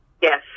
Yes